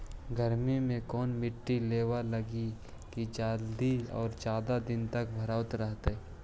गर्मी में कोन मट्टी में लोबा लगियै कि जल्दी और जादे दिन तक भरतै रहतै?